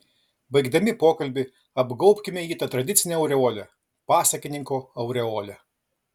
baigdami pokalbį apgaubkime jį ta tradicine aureole pasakininko aureole